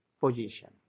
position